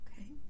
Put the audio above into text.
Okay